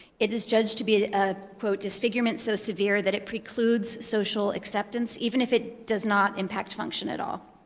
it is judged to be a quote, disfigurement so severe that it precludes social acceptance, even if it does not impact function at all.